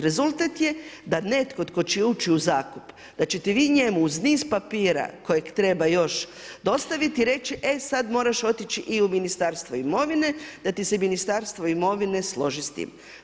Rezultat je da netko tko će ući u zakup, da ćete vi njemu uz niz papira kojeg treba još dostaviti reći e sad moraš otići i u Ministarstvo imovine, da ti se Ministarstvo imovine složi s tim.